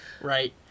Right